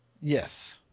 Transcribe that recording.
Yes